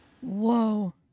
Whoa